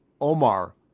Omar